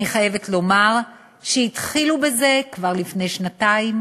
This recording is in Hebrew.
אני חייבת לומר שהתחילו בזה כבר לפני שנתיים.